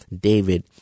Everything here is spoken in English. David